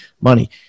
money